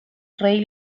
ray